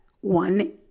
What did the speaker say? one